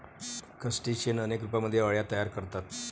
crustacean अनेक रूपांमध्ये अळ्या तयार करतात